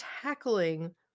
tackling